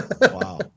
Wow